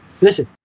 Listen